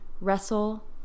wrestle